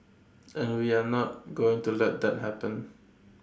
and we are not going to let that happen